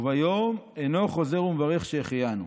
וביום אינו חוזר ומברך שהחיינו.